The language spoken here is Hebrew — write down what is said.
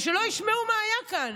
ושלא ישמעו מה היה כאן.